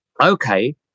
okay